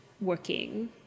working